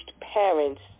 parents